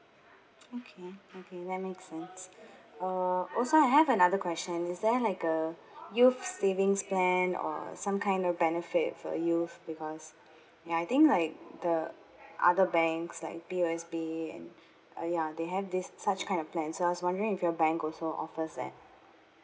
okay okay that make sense uh also I have another question is there like a youth savings plan or some kind of benefit for youth because ya I think like the other banks like P_O_S_B and uh ya they have this such kind of plan so I was wondering if your bank also offers that